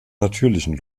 natürlichen